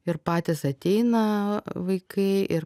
ir patys ateina vaikai ir